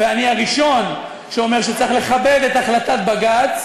ואני הראשון שאומר שצריך לכבד את החלטת בג"ץ,